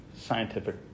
scientific